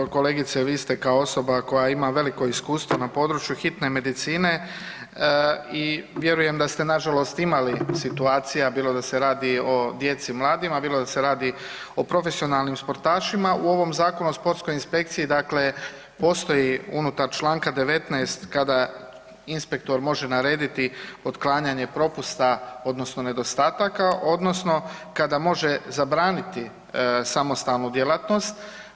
Pa evo kolegice vi ste kao osoba koja ima veliko iskustvo na području hitne medicine i vjerujem da ste nažalost imali situacija, bilo da se radi o djeci i mladima, bilo da se radi o profesionalnim sportašima u ovom Zakonu o sportskoj inspekciji postoji unutar čl. 19. kada inspektor može narediti otklanjanje propusta odnosno nedostataka odnosno kada može zabraniti samostalnu djelatnost.